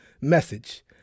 message